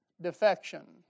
Defection